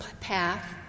path